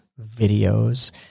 videos